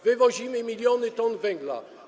Wywozimy miliony ton węgla.